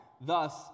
Thus